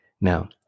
Now